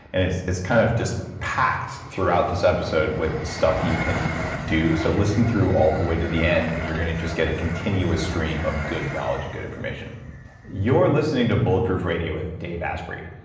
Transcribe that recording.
and it's it's kind of just packed throughout this episode with stuff you can do. so listen through all the way to the end, and you're going to just get a continuous stream of good knowledge, good information you're listening to bulletproof radio with dave asprey.